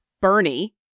Bernie